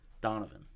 Donovan